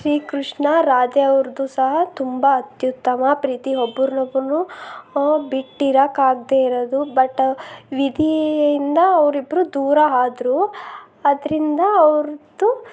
ಶ್ರೀಕೃಷ್ಣ ರಾಧೆ ಅವ್ರದ್ದು ಸಹ ತುಂಬ ಅತ್ಯುತ್ತಮ ಪ್ರೀತಿ ಒಬ್ರನ್ನೊಬ್ರನ್ನು ಬಿಟ್ಟಿರೋಕ್ಕಾಗ್ದೇ ಇರೋದು ಬಟ್ ವಿಧಿಯಿಂದ ಅವರಿಬ್ರು ದೂರ ಆದರು ಅದರಿಂದ ಅವ್ರದ್ದು